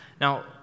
Now